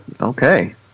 Okay